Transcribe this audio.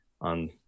on